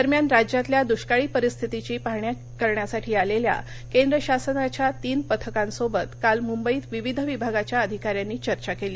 दरम्यान राज्यातल्या दृष्काळी परिस्थितीची पाहणी करण्यासाठी आलेल्या केंद्र शासनाच्या तीन पथकांसोबत काल मुंबईत विविध विभागाच्या अधिकाऱ्यांनी चर्चा केली